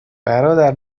برادر